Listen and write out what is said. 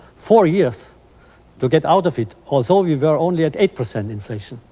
four years to get out of it, although we were only at eight percent inflation.